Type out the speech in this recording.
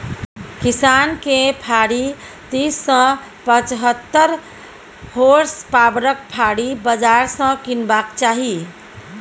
किसान केँ फारी तीस सँ पचहत्तर होर्सपाबरक फाड़ी बजार सँ कीनबाक चाही